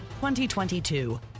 2022